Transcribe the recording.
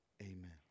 Amen